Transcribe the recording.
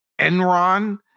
Enron